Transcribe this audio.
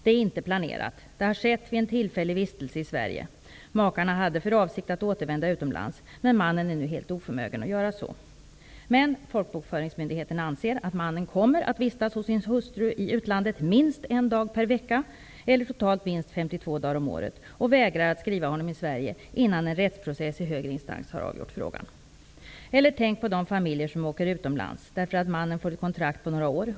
Det är inte planerat. Det har skett vid en tillfällig vistelse i Sverige. Makarna hade för avsikt att återvända utomlands, men mannen är nu oförmögen att göra så. Men folkbokföringsmyndigheten anser att mannen kommer att vistas hos sin hustru i utlandet minst en dag per vecka eller totalt minst 52 dagar om året, och vägrar att skriva honom i Sverige innan en rättsprocess i högre instans har avgjort frågan. Eller tänk på de familjer som åker utomlands, därför att mannen får ett kontrakt på några år.